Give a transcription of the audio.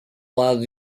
lado